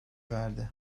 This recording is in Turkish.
verdi